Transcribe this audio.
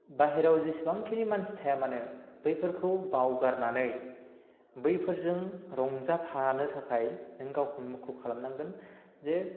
बाहेराव जेसेबांखिनि मानसि थायामानो बैफोरखौ बावगारनानै बैफोरजों रंजाफानो थाखाय नों गावखौनो मुखुब खालामनांगोन जे